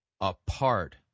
apart